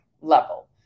level